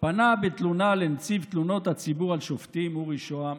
כולנו יודעים שהסיבות הן אי-שוויון,